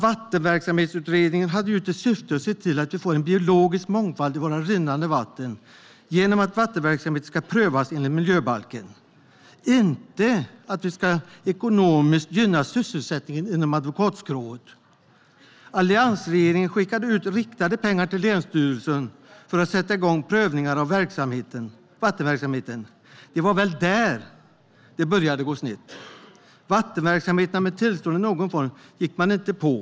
Vattenverksamhetsutredningen hade som syfte att se till att vi får en biologisk mångfald i våra rinnande vatten genom att vattenverksamheter ska prövas enligt miljöbalken, inte att vi ekonomiskt ska gynna sysselsättningen inom advokatskrået. Alliansregeringen skickade ut riktade pengar till länsstyrelserna för att sätta igång prövningen av vattenverksamheten. Det var väl där det började gå snett. Vattenverksamheter med tillstånd i någon form gick man inte på.